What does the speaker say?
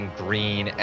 green